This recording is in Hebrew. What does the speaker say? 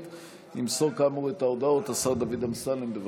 ימסור כאמור את ההודעות השר דוד אמסלם, בבקשה.